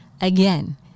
Again